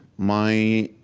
my